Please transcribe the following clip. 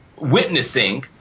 witnessing